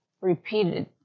repeated